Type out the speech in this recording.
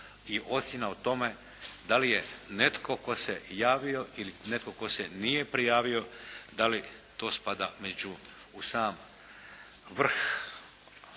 i ocjena o tome da li je netko tko se javio ili netko tko se nije prijavio da li to spada u sam vrh